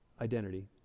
identity